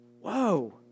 Whoa